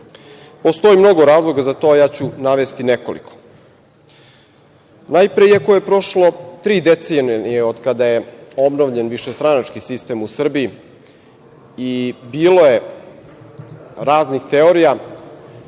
mnogo razloga za to, a ja ću navesti nekoliko. Najpre, iako je prošlo tri decenije od kako je obnovljen višestranački sistem u Srbiji, i bilo je raznih teorija,